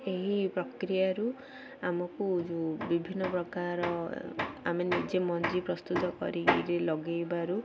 ଏହି ପ୍ରକ୍ରିୟାରୁ ଆମକୁ ଯେଉଁ ବିଭିନ୍ନ ପ୍ରକାର ଆମେ ନିଜେ ମଞ୍ଜି ପ୍ରସ୍ତୁତ କରି ଲଗାଇବାରୁ